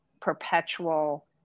perpetual